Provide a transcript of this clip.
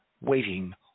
waiting